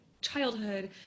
childhood